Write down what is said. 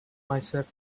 myself